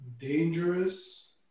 dangerous